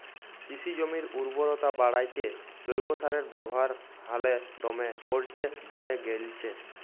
কিসি জমির উরবরতা বাঢ়াত্যে জৈব সারের ব্যাবহার হালে দমে কর্যে বাঢ়্যে গেইলছে